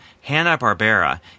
Hanna-Barbera